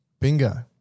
Bingo